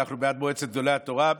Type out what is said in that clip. אנחנו בעד מועצת גדולי התורה,